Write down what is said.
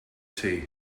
tea